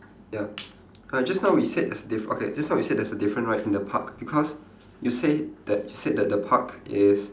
ya uh just now we said there's a diff~ okay there's a difference right in the park because you say that you said that the park is